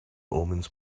omens